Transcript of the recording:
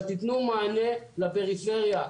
אבל תתנו מענה לפריפריה,